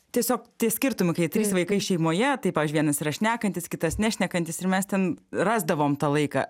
tiesiog tie skirtumai kai trys vaikai šeimoje tai pavyzdžiui vienas yra šnekantis kitas nešnekantis ir mes ten rasdavom tą laiką